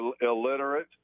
illiterate